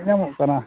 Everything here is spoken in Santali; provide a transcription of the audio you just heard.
ᱧᱮᱞᱧᱟᱢᱚᱜ ᱠᱟᱱᱟ